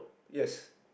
yes